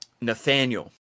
Nathaniel